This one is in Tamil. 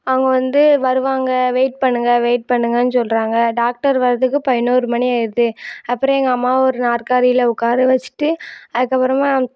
அவங்க வந்து வருவாங்க வெயிட் பண்ணுங்க வெயிட் பண்ணுங்கன்னு சொல்கிறாங்க டாக்டர் வர்றதுக்கு பதினொரு மணி ஆயிடுது அப்புறம் எங்கள் அம்மாவை ஒரு நாற்காலியில் உக்காரவச்சிட்டு அதுக்கு அப்புறமா